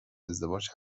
ازدواج